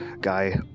guy